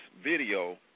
video